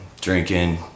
drinking